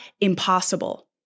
impossible